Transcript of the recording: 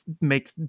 make